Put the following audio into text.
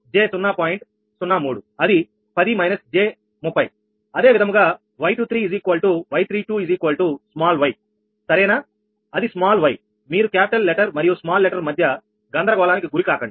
03 అది 10−j30అదే విధముగా 𝑦23𝑦32 స్మాల్ y సరేనా అది స్మాల్ y మీరు క్యాపిటల్ లెటర్ మరియు స్మాల్ లెటర్ మధ్య గందరగోళానికి గురి కాకండి